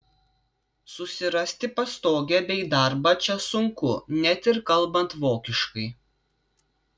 susirasti pastogę bei darbą čia sunku net ir kalbant vokiškai